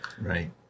Right